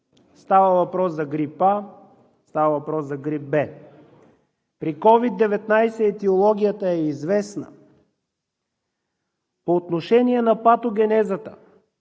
става въпрос за грип А, става въпрос за грип Б. При COVID-19 етиологията е известна. По отношение на патогенезата.